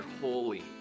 holy